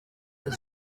leta